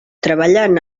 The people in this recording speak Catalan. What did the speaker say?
treballant